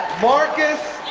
marcus